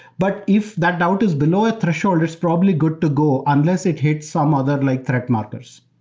but if that doubt is blow a threshold, it's probably good to go unless it hits some other like threat markers.